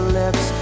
lips